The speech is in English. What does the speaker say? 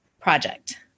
project